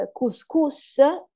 couscous